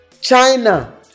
China